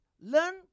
learn